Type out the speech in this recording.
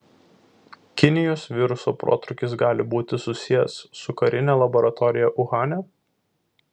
kinijos viruso protrūkis gali būti susijęs su karine laboratorija uhane